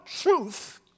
truth